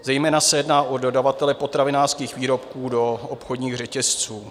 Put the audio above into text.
Zejména se jedná o dodavatele potravinářských výrobků do obchodních řetězců.